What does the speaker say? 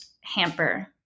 hamper